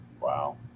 Wow